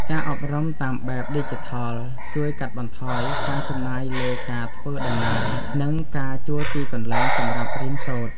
ការអប់រំតាមបែបឌីជីថលជួយកាត់បន្ថយការចំណាយលើការធ្វើដំណើរ និងការជួលទីកន្លែងសម្រាប់រៀនសូត្រ។